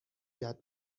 یاد